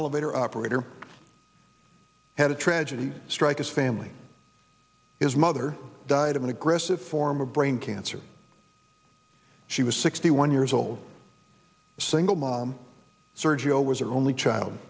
elevator operator had a tragedy strike as family his mother died of an aggressive form of brain cancer she was sixty one years old single mom sergio was her only child